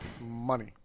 Money